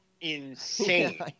insane